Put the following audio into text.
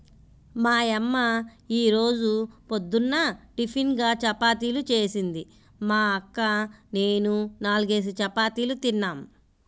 మా యమ్మ యీ రోజు పొద్దున్న టిపిన్గా చపాతీలు జేసింది, మా అక్క నేనూ నాల్గేసి చపాతీలు తిన్నాం